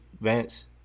Vance